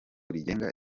rigenga